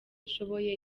ishoboye